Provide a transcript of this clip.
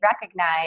recognize